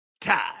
Time